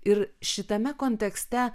ir šitame kontekste